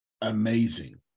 amazing